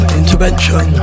intervention